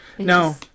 No